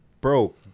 Bro